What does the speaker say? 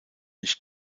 nicht